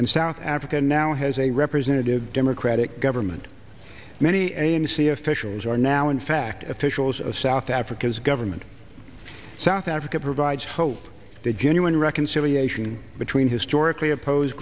and south africa now has a representative democratic government many and see officials are now in fact officials of south africa's government south africa provides hope that genuine reconciliation between historically oppose